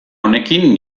honekin